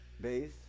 bass